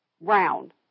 round